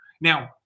now